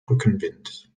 rückenwind